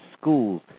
schools